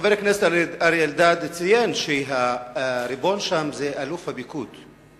חבר הכנסת אריה אלדד ציין שהריבון שם זה אלוף הפיקוד.